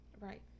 Right